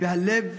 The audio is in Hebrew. והלב